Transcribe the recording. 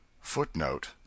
Footnote